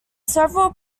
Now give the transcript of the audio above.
several